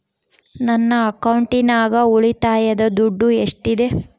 ನನ್ನ ಅಕೌಂಟಿನಾಗ ಉಳಿತಾಯದ ದುಡ್ಡು ಎಷ್ಟಿದೆ?